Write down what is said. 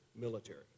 military